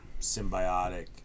symbiotic